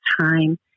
time